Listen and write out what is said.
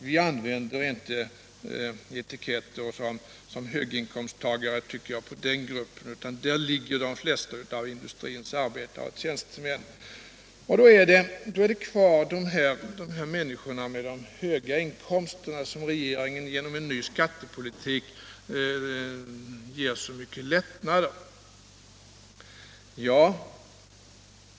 Vi använder inte etiketter som höginkomsttagare på den gruppen — i det inkomstskiktet ligger de flesta av industrins arbetare och tjänstemän. Så återstår då de människor med högre inkomster som regeringen genom en ny skattepolitik ger så mycket lättnader!